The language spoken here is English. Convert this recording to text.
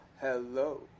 hello